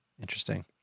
Interesting